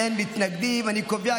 אינו נוכח,